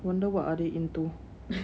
wonder what are they into